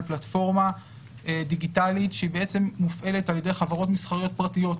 פלטפורמה דיגיטלית שמופעלת על-ידי חברות מסחריות פרטיות,